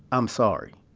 i'm sorry.